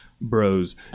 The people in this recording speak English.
Bros